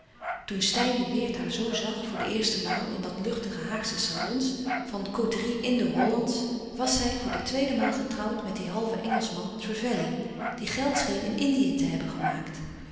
toen steyn de weert haar zoo zag voor de eerste maal in wat luchtige haagsche salons van louis couperus van oude menschen de dingen die voorbij gaan côterie indo hollandsch was zij voor de tweede maal getrouwd met dien halven engelschman trevelley die geld scheen in indië te hebben gemaakt